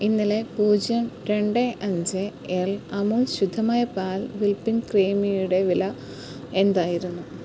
ഇന്നലെ പൂജ്യം രണ്ട് അഞ്ച് എൽ അമൂൽ ശുദ്ധമായ പാൽ വിപ്പിങ് ക്രീമിയുടെ വില എന്തായിരുന്നു